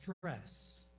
stress